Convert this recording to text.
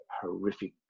horrific